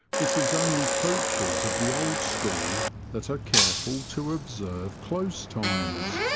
it is only poachers of the old school that are careful to observe close times,